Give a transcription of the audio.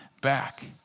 back